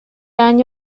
año